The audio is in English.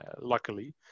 luckily